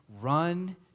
Run